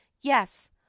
yes